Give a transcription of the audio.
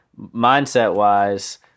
mindset-wise